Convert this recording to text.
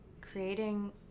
creating